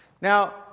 Now